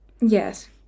Yes